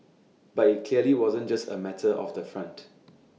but IT clearly wasn't just A matter of the font